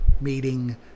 meeting